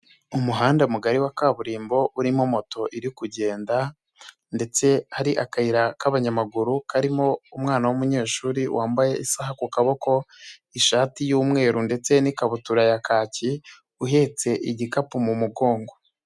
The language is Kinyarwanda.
Umuhanda mugari wa kaburimbo, urimo moto iri kugenda ndetse hari akayira k'abanyamaguru karimo umwana w'umunyeshuri wambaye isaha ku kaboko, ishati y'umweru ndetse n'ikabutura ya kaki, uhetse igikapu mu mugongo.